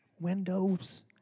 Windows